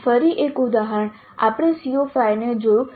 ફરી એક ઉદાહરણ આપણે CO5 જોયું છે